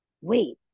wait